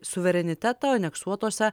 suverenitetą aneksuotose